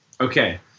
Okay